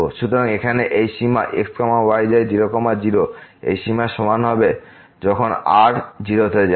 সুতরাং এখানে এই সীমা x y যায় 0 0 এই সীমার সমান হবে যখন r 0 তে যায়